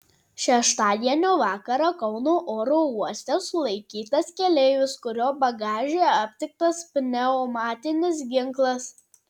šeštadienio vakarą kauno oro uoste sulaikytas keleivis kurio bagaže aptiktas pneumatinis ginklas